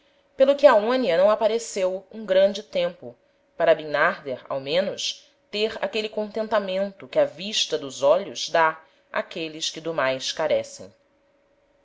pelo que aonia não apareceu um grande tempo para bimnarder ao menos ter aquele contentamento que a vista dos olhos dá áqueles que do mais carecem